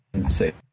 say